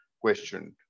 questioned